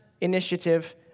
initiative